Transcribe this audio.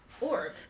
org